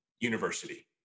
university